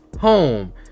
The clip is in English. home